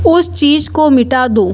उस चीज़ को मिटा दो